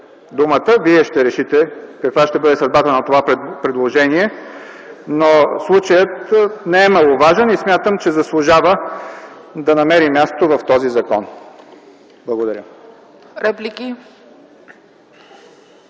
думата и ще решите каква ще бъде съдбата на това предложение, но случаят не е маловажен и смятам, че заслужава да намери място в този закон. Благодаря.